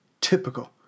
Typical